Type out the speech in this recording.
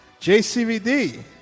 JCVD